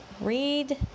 read